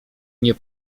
nie